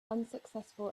unsuccessful